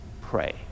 pray